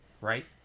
right